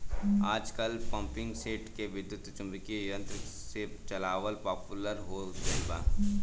आजकल पम्पींगसेट के विद्युत्चुम्बकत्व यंत्र से चलावल पॉपुलर हो गईल बा